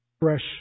fresh